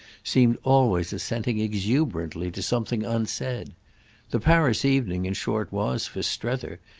seemed always assenting exuberantly to something unsaid the paris evening in short was, for strether,